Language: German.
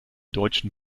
deutschen